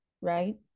right